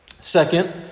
Second